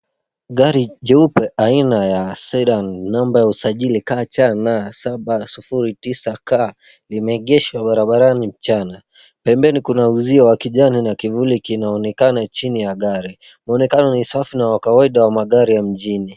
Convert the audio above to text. Gari jeupe aina ya Sedan namba ya usajili KCN 099K limeegeshwa barabarani mchana. Pembeni kuna uzio wa kijani na kivuli kinaonekana chini ya gari. Mwonekano ni safi na wa kawaida wa magari ya mjini.